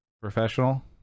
professional